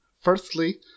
Firstly